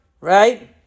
Right